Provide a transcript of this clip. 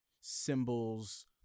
symbols